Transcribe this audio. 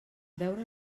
veure